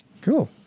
Cool